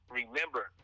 remember